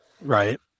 Right